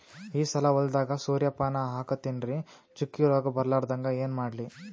ಈ ಸಲ ಹೊಲದಾಗ ಸೂರ್ಯಪಾನ ಹಾಕತಿನರಿ, ಚುಕ್ಕಿ ರೋಗ ಬರಲಾರದಂಗ ಏನ ಮಾಡ್ಲಿ?